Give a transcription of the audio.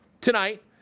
tonight